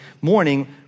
morning